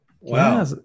Wow